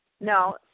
No